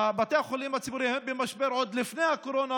בתי החולים הציבוריים הם במשבר עוד לפני הקורונה,